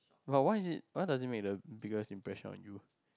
but why is it why does it make the biggest impression on you